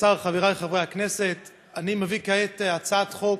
בקריאה טרומית ועוברת לוועדת העבודה,